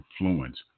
influence